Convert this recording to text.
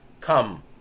Come